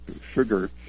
sugar